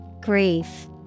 Grief